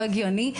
לא הגיוני.